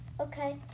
Okay